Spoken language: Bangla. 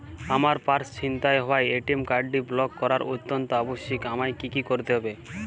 আমার পার্স ছিনতাই হওয়ায় এ.টি.এম কার্ডটি ব্লক করা অত্যন্ত আবশ্যিক আমায় কী কী করতে হবে?